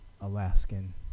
alaskan